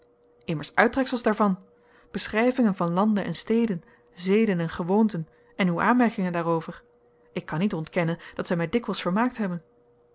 immers uittreksels daarvan beschrijvingen van landen en steden zeden en gewoonten en uw aanmerkingen daarover ik kan niet ontkennen dat zij mij dikwijls vermaakt hebben